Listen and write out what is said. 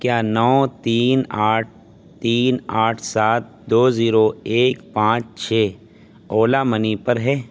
کیا نو تین آٹھ تین آٹھ سات دو زیرو ایک پانچ چھ اولا منی پر ہے